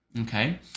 okay